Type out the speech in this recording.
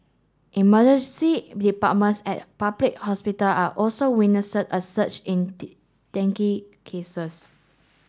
emergency departments at public hospital are also witness a surge in dengue cases